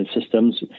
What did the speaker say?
systems